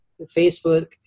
Facebook